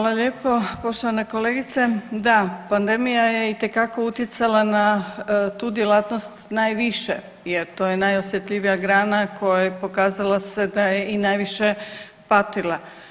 Hvala lijepo poštovana kolegice, da pandemija je itekako utjecala na tu djelatnost najviše, jer to je najosjetljivija grana koja se pokazala da je i najviše patila.